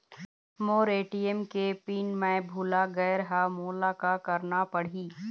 मोर ATM के PIN मैं भुला गैर ह, मोला का करना पढ़ही?